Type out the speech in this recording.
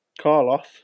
Carlos